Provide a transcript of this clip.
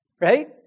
Right